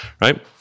right